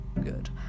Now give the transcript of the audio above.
good